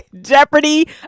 Jeopardy